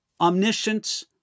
omniscience